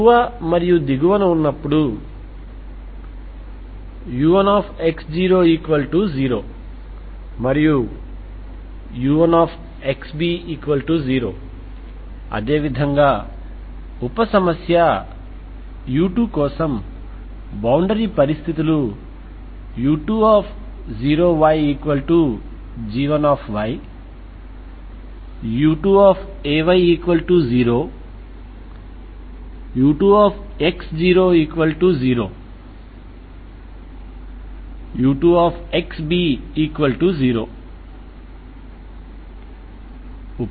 ఎగువ మరియు దిగువన ఉన్నప్పుడు u1x00 మరియు u1xb0 అదేవిధంగా ఉప సమస్య u2 కోసం బౌండరీ పరిస్థితులు u20yg1 u2ay0 u2x00 u2xb0